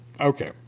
okay